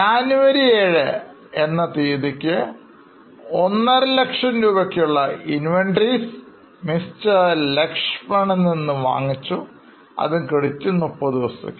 On 7 January 150000 inventories Mr Laxman നിന്നും വാങ്ങി അതും ക്രെഡിറ്റിൽ 30 ദിവസത്തേക്ക്